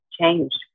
changed